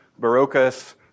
Barocas